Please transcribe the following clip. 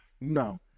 no